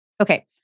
okay